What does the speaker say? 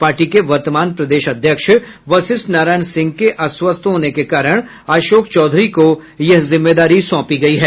party के वर्तमान प्रदेश अध्यक्ष वशिष्ठ नारायण सिंह के अस्वस्थ होने के कारण अशोक चौधरी को यह जिम्मेदारी सौंपी गयी है